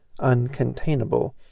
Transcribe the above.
uncontainable